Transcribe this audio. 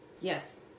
Yes